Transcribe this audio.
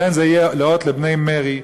לכן זה יהיה לאות לבני מרי,